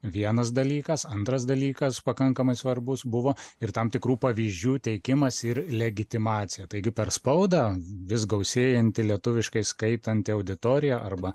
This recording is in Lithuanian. vienas dalykas antras dalykas pakankamai svarbus buvo ir tam tikrų pavyzdžių teikimas ir legitimacija taigi per spaudą vis gausėjanti lietuviškai skaitanti auditorija arba